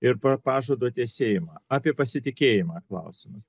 ir pa pažado tesėjimą apie pasitikėjimą klausimas